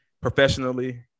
professionally